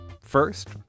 First